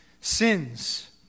sins